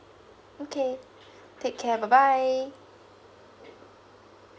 okay take care bye bye